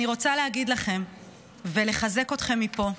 אני רוצה להגיד לכם ולחזק אתכם מפה: